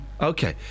Okay